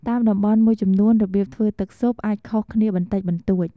តាមតំបន់មួយចំនួន របៀបធ្វើទឹកស៊ុបអាចខុសគ្នាបន្តិចបន្តួច។